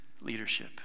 leadership